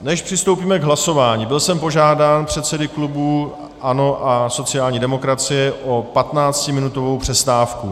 Než přistoupíme k hlasování, byl jsem požádán předsedy klubů ANO a sociální demokracie o patnáctiminutovou přestávku.